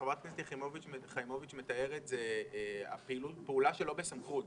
חברת הכנסת יחימוביץ' מתארת פעולה שלא בסמכות.